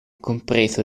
compreso